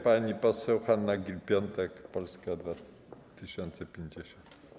Pani poseł Hanna Gill-Piątek, Polska 2050.